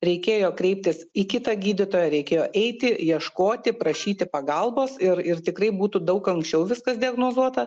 reikėjo kreiptis į kitą gydytoją reikėjo eiti ieškoti prašyti pagalbos ir ir tikrai būtų daug anksčiau viskas diagnozuota